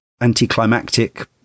anticlimactic